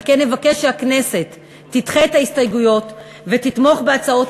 על כן נבקש שהכנסת תדחה את ההסתייגויות ותתמוך בהצעות